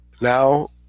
now